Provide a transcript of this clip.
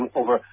over